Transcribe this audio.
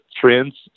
trends